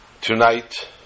Tonight